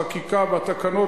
החקיקה והתקנות,